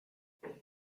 tres